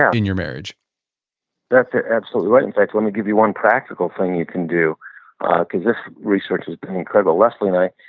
in your marriage that's absolutely right. in fact, let me give you one practical thing you can do because this research has been incredible. leslie and i,